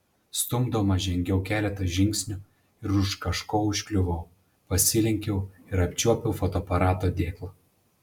stumdoma žengiau keletą žingsnių ir už kažko užkliuvau pasilenkiau ir apčiuopiau fotoaparato dėklą